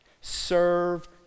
Serve